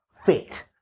fit